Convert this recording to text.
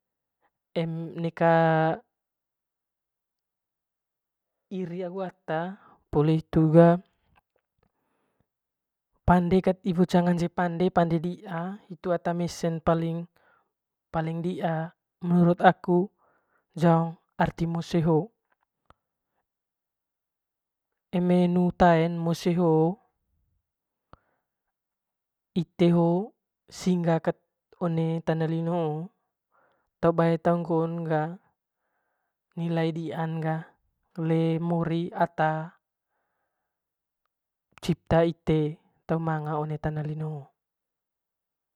neka iri agu ata poli hitu ga pande kat iwo ngance pande hitu ata mesen paling dia menurut aku jaong arti mose hoo eme nu taen mose hoo ite hoo singa kat one tana lino hoo te baen tau bae tuu ngoon ga nilai dian ga le mori ata cipta ite te manga one tana lino hoo.